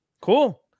cool